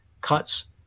cuts